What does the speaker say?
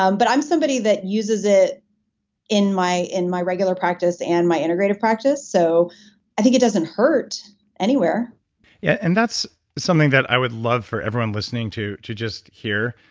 um but i'm somebody that uses it in my in my regular practice and my integrative practice. so i think it doesn't hurt anywhere yeah and that's something that i would love for everyone listening to to just hear,